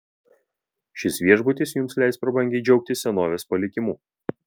šis viešbutis jums leis prabangiai džiaugtis senovės palikimu